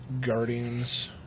Guardians